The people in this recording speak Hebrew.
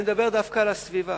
אני מדבר דווקא על הסביבה,